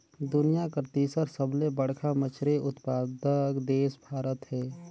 दुनिया कर तीसर सबले बड़खा मछली उत्पादक देश भारत हे